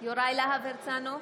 יוראי להב הרצנו,